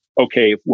Okay